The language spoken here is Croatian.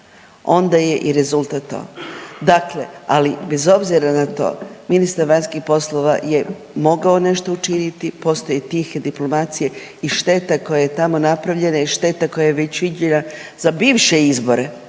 onda je i rezultat to. Dakle, ali bez obzira na to ministar vanjskih poslova je mogao nešto učiniti, postoje tihe diplomacije i šteta koja je tamo napravljena i šteta koja je već viđena za bivše izbore